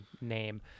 name